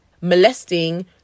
molesting